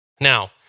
Now